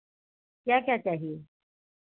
क्या क्या चाहिए